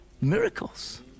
miracles